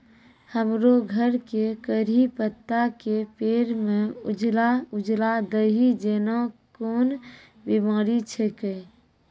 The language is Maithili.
हमरो घर के कढ़ी पत्ता के पेड़ म उजला उजला दही जेना कोन बिमारी छेकै?